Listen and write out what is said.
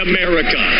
America